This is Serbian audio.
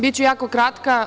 Biću jako kratka.